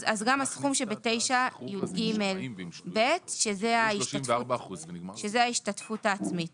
אז גם הסכום שב-9יג(ב), שזה ההשתתפות העצמית